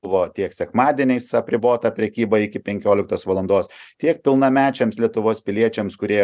buvo tiek sekmadieniais apribota prekyba iki penkioliktos valandos tiek pilnamečiams lietuvos piliečiams kurie